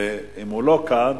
ואם הוא לא כאן,